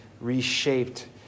reshaped